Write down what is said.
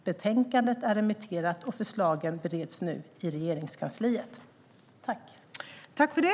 Betänkandet är remitterat och förslagen bereds nu i Regeringskansliet.